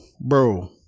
bro